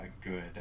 good